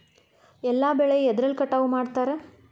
ಎಲ್ಲ ಬೆಳೆ ಎದ್ರಲೆ ಕಟಾವು ಮಾಡ್ತಾರ್?